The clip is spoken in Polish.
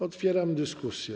Otwieram dyskusję.